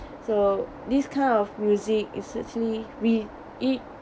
so this kind of music is certainly with it